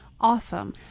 Awesome